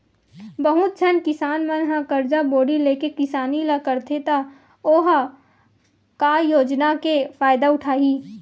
बहुत झन किसान मन ह करजा बोड़ी लेके किसानी ल करथे त ओ ह का योजना के फायदा उठाही